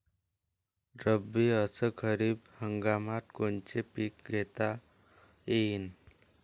रब्बी अस खरीप हंगामात कोनचे पिकं घेता येईन?